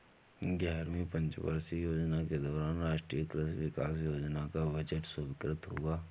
ग्यारहवीं पंचवर्षीय योजना के दौरान राष्ट्रीय कृषि विकास योजना का बजट स्वीकृत हुआ